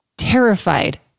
terrified